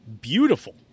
Beautiful